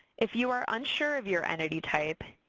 if you are unsure of your entity type,